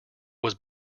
was